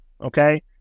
okay